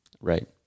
Right